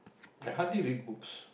I hardly read books